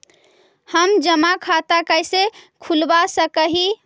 हम जमा खाता कैसे खुलवा सक ही?